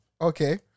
Okay